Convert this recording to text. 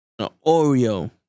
Oreo